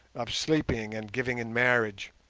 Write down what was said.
of sleeping and giving in marriage.